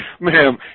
Ma'am